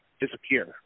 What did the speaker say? disappear